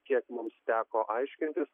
kiek mums teko aiškintis